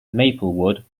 maplewood